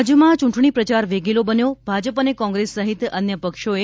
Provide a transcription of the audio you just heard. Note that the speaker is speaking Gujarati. રાજ્યમાં ચૂંટણી પ્રચાર વેગીલો બન્યો ભાજપ અને કોંગ્રેસ સહિત અન્ય પક્ષોએ